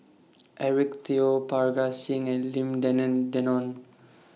Eric Teo Parga Singh and Lim Denan Denon